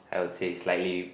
I would say slightly